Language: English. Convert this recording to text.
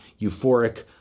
euphoric